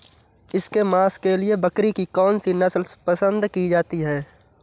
इसके मांस के लिए बकरी की कौन सी नस्ल पसंद की जाती है?